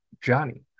Johnny